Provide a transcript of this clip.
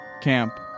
camp